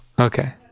Okay